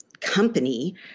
company